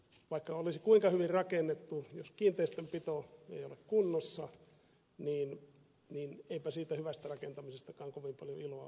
vaikka olisi kuinka hyvin rakennettu jos kiinteistönpito ei ole kunnossa niin eipä siitä hyvästä rakentamisestakaan kovin paljon iloa ole